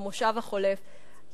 במושב החולף,